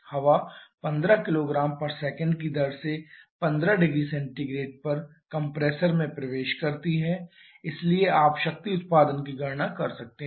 हवा 15 kgs की दर से 15 0C पर कंप्रेसर में प्रवेश करती है इसलिए आप शक्ति उत्पादन की गणना करते हैं